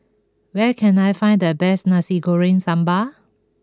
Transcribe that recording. where can I find the best Nasi Goreng Sambal